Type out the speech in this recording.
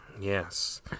Yes